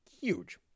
huge